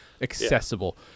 accessible